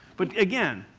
but again,